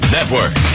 Network